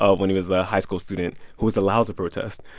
ah when he was a high school student who was allowed to protest,